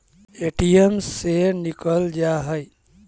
ATM से निकल जा है?